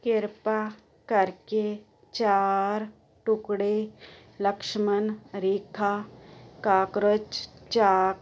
ਕਿਰਪਾ ਕਰਕੇ ਚਾਰ ਟੁਕੜੇ ਲਕਸ਼ਮਣ ਰੇਖਾ ਕਾਕਰੋਚ ਚਾਕ